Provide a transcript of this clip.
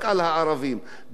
גם על מי שהוא שונה.